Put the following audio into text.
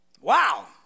Wow